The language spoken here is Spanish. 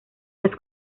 las